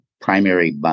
primary